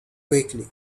quickly